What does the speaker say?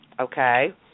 okay